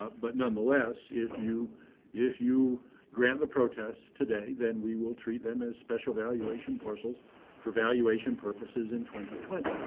ah but nonetheless, if you if you grant the protests today, then we will treat them as special valuation parcels for valuation purposes in twenty.